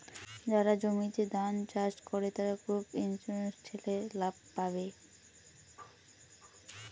যারা জমিতে ধান চাষ করে, তারা ক্রপ ইন্সুরেন্স ঠেলে লাভ পাবে